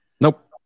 Nope